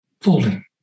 folding